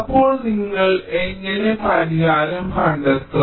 അപ്പോൾ നിങ്ങൾ എങ്ങനെ പരിഹാരം കണ്ടെത്തും